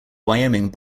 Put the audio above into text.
wyoming